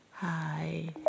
Hi